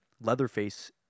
Leatherface